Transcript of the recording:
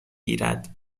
گیرد